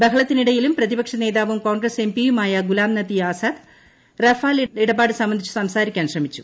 ബഹളത്തിനിടയിലും പ്രതിപക്ഷ നേതാവും കോൺഗ്രസ് എം പിയുമായ ഗുലാം നബി ആസാദ് റഫാൽ ഇടപാട് സംബന്ധിച്ച് സംസാരിക്കാൻ ശ്രമിച്ചു